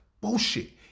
Bullshit